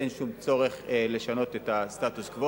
אין שום צורך לשנות את הסטטוס-קוו.